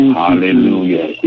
hallelujah